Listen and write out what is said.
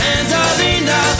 Angelina